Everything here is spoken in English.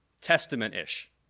Testament-ish